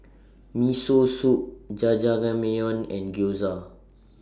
Miso Soup Jajangmyeon and Gyoza